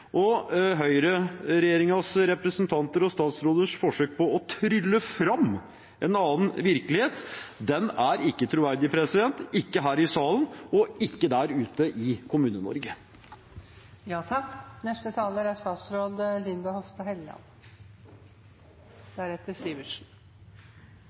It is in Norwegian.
representanter og statsråders forsøk på å trylle fram en annen virkelighet er ikke troverdig – ikke her i salen og ikke der ute i Kommune-Norge. Representanten Nordlund og Senterpartiet er